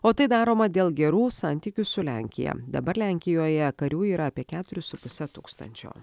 o tai daroma dėl gerų santykių su lenkija dabar lenkijoje karių yra apie keturis su puse tūkstančio